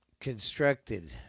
constructed